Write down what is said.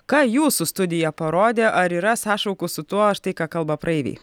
ką jūsų studija parodė ar yra sąšaukų su tuo štai ką kalba praeiviai